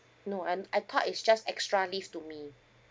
no I I thought it's just extra leave to me